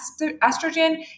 estrogen